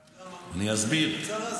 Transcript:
אסביר.